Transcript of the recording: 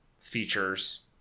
features